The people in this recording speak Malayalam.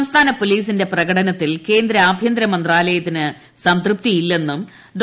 സംസ്ഥാന പൊലീസിന്റെ പ്രകടനത്തിൽ കേന്ദ്ര ആഭ്യന്തരമന്ത്രാലയത്തിന് സംത്യപ്തിയില്ലെന്നും ഡോ